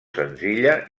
senzilla